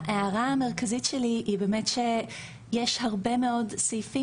ההערה המרכזית שלי היא באמת שיש הרבה מאוד סעיפים